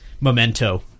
memento